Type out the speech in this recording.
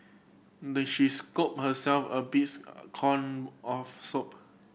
the she scooped herself a corn of soup